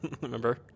Remember